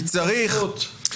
כי צריך.